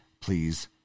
please